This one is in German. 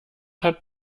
hat